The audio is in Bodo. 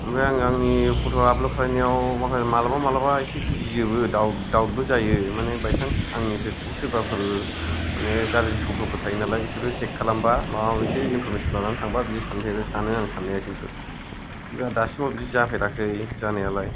आमफ्राय आङो आंनि फट आप्लड खालायनायाव माखासे मालाबा मालाबा एसे गियोबो डाउत डाउत बो जायो माने बायसान्स आंनि फेसबुक खौ सोरबाफोर माने गारजि सख्र'फोर थायोनालाय बिसोरो हेक खालामबा माबा मोनसे इनफरमेशन लानानै थांबा बिदि सानो आङो साननाया खिन्थु दा दासिमाव बिदि जाफेराखै जानायालाय